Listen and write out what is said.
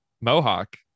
Mohawk